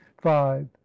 five